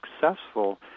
successful